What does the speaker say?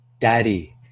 daddy